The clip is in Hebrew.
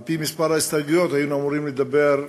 על-פי מספר ההסתייגויות היינו אמורים לדבר,